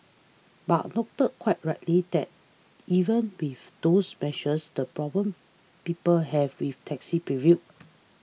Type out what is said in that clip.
but noted quite rightly that even with those measures the problem people have with taxi prevail